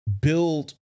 build